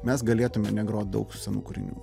mes galėtume negrot daug senų kūrinių